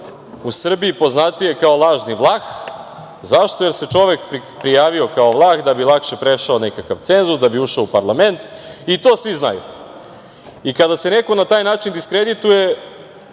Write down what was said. u Srbiji poznatijeg kao lažni Vlah. Zašto? Jer se čovek prijavio kao Vlah da bi lakše prešao nekakav cenzus, da bi ušao u parlament i to svi znaju. I, kada se neko na taj način diskredituje,